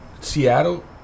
Seattle